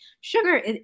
Sugar